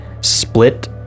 split